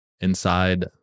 inside